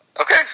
Okay